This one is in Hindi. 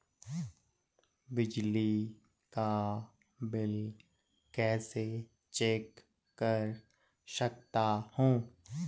बिजली का बिल कैसे चेक कर सकता हूँ?